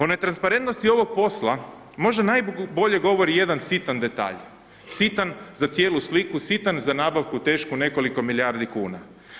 O netransparentnosti ovog posla možda najbolje govori jedan sitan detalj, sitan za cijelu sliku, sitan za nabavku tešku nekoliko milijardi kuna.